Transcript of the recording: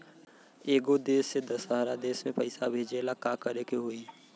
एगो देश से दशहरा देश मे पैसा भेजे ला का करेके होई?